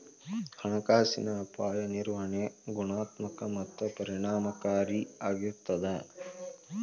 ಹಣಕಾಸಿನ ಅಪಾಯ ನಿರ್ವಹಣೆ ಗುಣಾತ್ಮಕ ಮತ್ತ ಪರಿಣಾಮಕಾರಿ ಆಗಿರ್ತದ